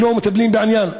שלא מטפלים בעניין.